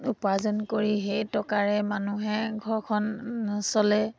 উপাৰ্জন কৰি সেই টকাৰে মানুহে ঘৰখন চলে